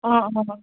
অঁ অঁঁ